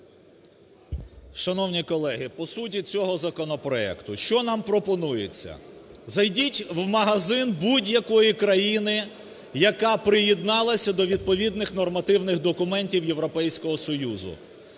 Шановні колеги, по суті цього законопроекту що нам пропонується? Зайдіть в магазин будь-якої країни, яка приєдналася до відповідних нормативних документів Європейського Союзу,